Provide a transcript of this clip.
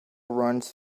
runs